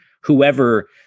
whoever